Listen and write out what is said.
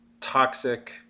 toxic